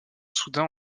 soudain